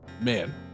man